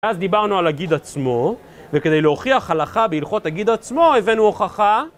אז דיברנו על הגיד עצמו, וכדי להוכיח הלכה בהלכות הגיד עצמו הבאנו הוכחה